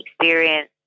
experience